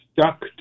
stuck